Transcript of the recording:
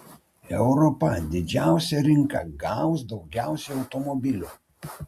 europa didžiausia rinka gaus daugiausiai automobilių